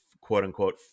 quote-unquote